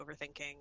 overthinking